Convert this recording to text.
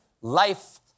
life